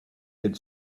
had